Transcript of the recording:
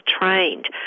trained